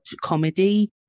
comedy